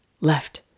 left